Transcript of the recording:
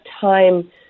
time